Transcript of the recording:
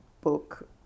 book